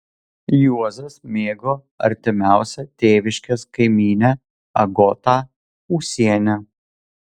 juozas mėgo artimiausią tėviškės kaimynę agotą ūsienę